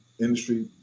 industry